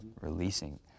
releasing